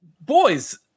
Boys